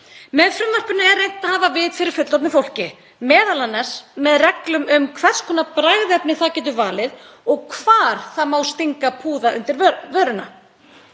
Með frumvarpinu er reynt að hafa vit fyrir fullorðnu fólki, m.a. með reglum um hvers konar bragðefni það getur valið og hvar það má stinga púða undir vörina.